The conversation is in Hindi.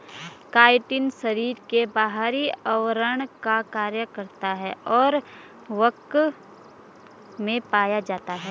काइटिन शरीर के बाहरी आवरण का कार्य करता है और कवक में पाया जाता है